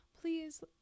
please